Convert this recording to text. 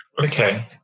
Okay